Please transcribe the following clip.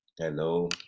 Hello